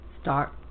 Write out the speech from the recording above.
Start